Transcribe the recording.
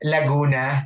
Laguna